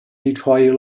detroit